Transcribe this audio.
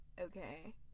okay